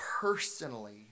personally